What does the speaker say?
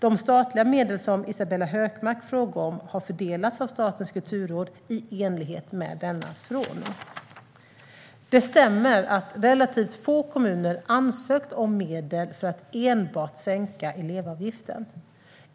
De statliga medel som Isabella Hökmark frågar om har fördelats av Statens kulturråd i enlighet med denna förordning. Det stämmer att relativt få kommuner ansökt om medel för att enbart sänka elevavgiften.